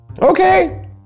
Okay